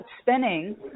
spinning